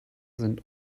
sind